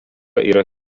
yra